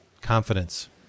Confidence